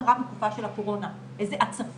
אלה דברים שיכולים לעשות שינוי ממשי,